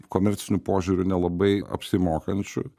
komerciniu požiūriu nelabai apsimokančiu